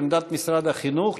את עמדת משרד החינוך,